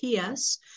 PS